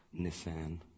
Nissan